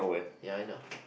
ya I know